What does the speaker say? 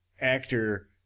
actor